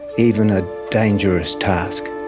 even a dangerous task.